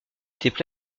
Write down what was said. étaient